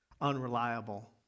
unreliable